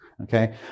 Okay